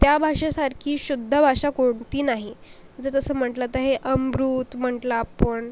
त्या भाषेसारखी शुद्ध भाषा कोणती नाही जर तसं म्हटलं तर हे अमृत म्हटलं आपण